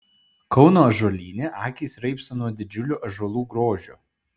kauno ąžuolyne akys raibsta nuo didžiulių ąžuolų grožio